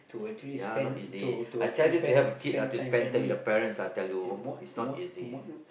ya not easy I tell you to have a kid ah to spend time with the parents I tell you it's not easy